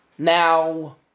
Now